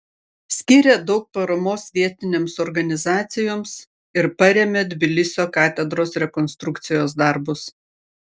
skyrė daug paramos vietinėms organizacijoms ir parėmė tbilisio katedros rekonstrukcijos darbus